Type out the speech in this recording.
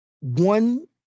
one